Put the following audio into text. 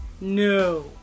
No